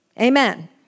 amen